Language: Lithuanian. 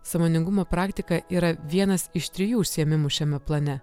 sąmoningumo praktika yra vienas iš trijų užsiėmimų šiame plane